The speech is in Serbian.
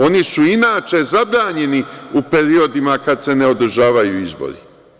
Oni su inače zabranjeni u periodima kada se ne održavaju izbori.